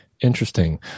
Interesting